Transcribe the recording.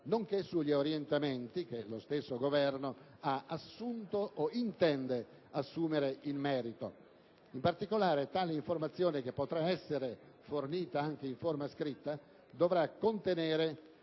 nonché sugli orientamenti che lo stesso Governo ha assunto o intende assumere in merito. In particolare, tale informazione, che potrà essere fornita anche in forma scritta, dovrà contenere